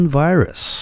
virus